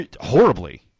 Horribly